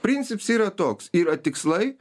princips yra toks yra tikslai